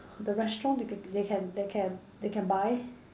the restaurant they can they can they can they can buy